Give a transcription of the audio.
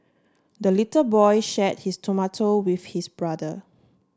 the little boy shared his tomato with his brother